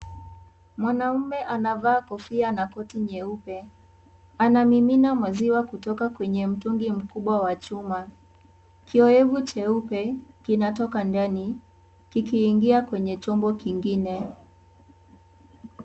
Mwanamme anavaa kofia na koti nyeupe, anamimina maziwa kutoka kwenye mtungi mkubwa wa chuma, kiowevu cheupe kinatoka ndani kikiingia kwenye chombo kingine.